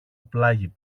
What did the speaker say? πλάγι